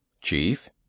Chief